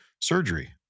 surgery